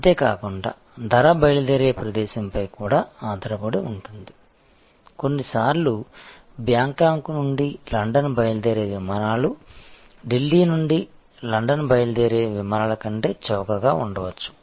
అంతేకాకుండా ధర బయలుదేరే ప్రదేశంపై కూడా ఆధారపడి ఉంటుంది కొన్నిసార్లు బ్యాంకాక్ నుండి లండన్ బయలుదేరే విమానాలు ఢిల్లీ నుండి లండన్ బయలుదేరే విమానాల కంటే చౌకగా ఉండవచ్చు